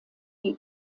die